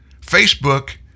Facebook